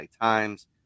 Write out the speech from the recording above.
times